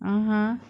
(uh huh)